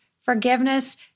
forgiveness